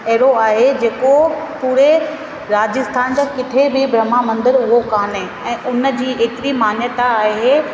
एढ़ो आहे जेको पूरे राजस्थान जो किथे बि ब्रह्मा मंदिर उहो कान्हे ऐं उन जी एतिरी मान्यता आहे